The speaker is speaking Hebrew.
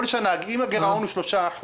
בכל שנה אם הגירעון הוא 3%,